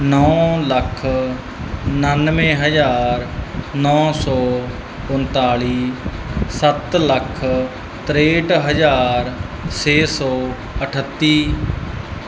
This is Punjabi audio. ਨੌ ਲੱਖ ਉਣਾਨਵੇਂ ਹਜ਼ਾਰ ਨੌ ਸੌ ਉਨਤਾਲੀ ਸੱਤ ਲੱਖ ਤ੍ਰੇਹਠ ਹਜ਼ਾਰ ਛੇ ਸੌ ਅਠੱਤੀ